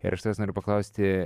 ir aš tavęs noriu paklausti